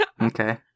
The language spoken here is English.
Okay